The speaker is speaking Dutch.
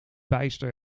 bijster